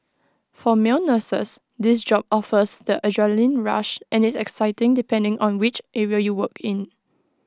for male nurses this job offers that adrenalin rush and is exciting depending on which area you work in